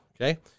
Okay